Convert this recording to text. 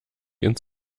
ins